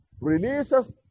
releases